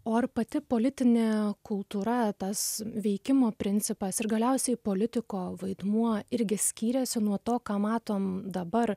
o ar pati politinė kultūra tas veikimo principas ir galiausiai politiko vaidmuo irgi skyrėsi nuo to ką matom dabar